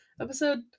episode